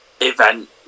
event